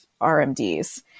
RMDs